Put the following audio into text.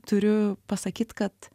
turiu pasakyt kad